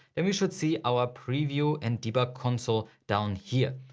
and we should see our preview and debug console down here.